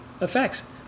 effects